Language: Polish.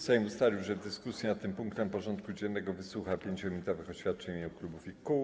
Sejm ustalił, że w dyskusji nad tym punktem porządku dziennego wysłucha 5-minutowych oświadczeń w imieniu klubów i kół.